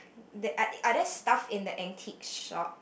that are there stuff in the antique shop